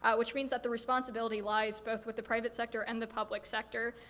ah which means that the responsibility lies both with the private sector and the public sector.